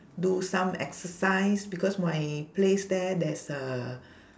do some exercise because my place there there's a